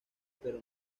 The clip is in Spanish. pero